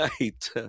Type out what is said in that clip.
right